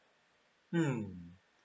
mm